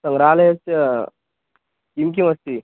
सङ्ग्रहालयस्य किं किमस्ति